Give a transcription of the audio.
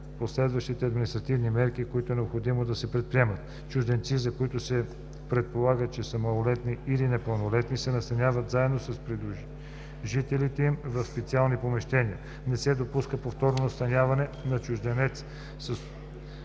последващите административни мерки, които е необходимо да се предприемат. Чужденци, за които се предполага, че са малолетни или непълнолетни, се настаняват заедно с придружителите им в специални помещения. Не се допуска повторно настаняване на чужденец в